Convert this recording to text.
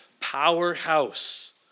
powerhouse